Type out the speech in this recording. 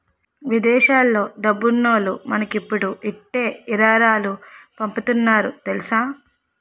విదేశాల్లో డబ్బున్నోల్లు మనకిప్పుడు ఇట్టే ఇరాలాలు పంపుతున్నారు తెలుసా